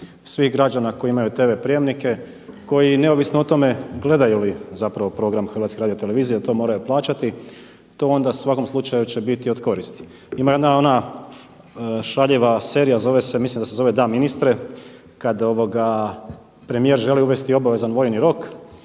svih građana koji imaju TV prijemnike, koji neovisno o tome gledaju li program HRT-a to moraju plaćati, to onda u svakom slučaju će biti od koristi. Ima jedna ona šaljiva serija, mislim da se zove „DA ministre“ kada premijer želi uvesti obavezan vojni rok,